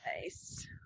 nice